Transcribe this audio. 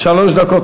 שלוש דקות.